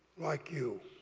like you.